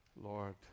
Lord